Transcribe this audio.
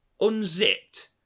unzipped